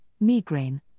migraine